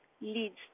leads